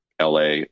LA